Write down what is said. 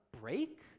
break